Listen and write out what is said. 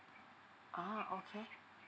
uh okay